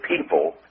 people